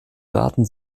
daten